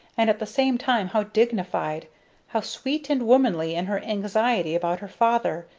and at the same time how dignified how sweet and womanly in her anxiety about her father!